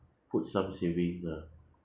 put some saving lah